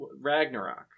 Ragnarok